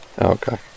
Okay